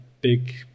big